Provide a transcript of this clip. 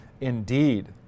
indeed